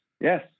yes